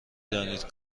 دانید